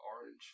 orange